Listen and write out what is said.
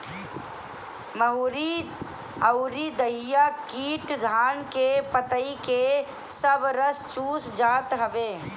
महुआ अउरी दहिया कीट धान के पतइ के सब रस चूस जात हवे